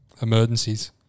emergencies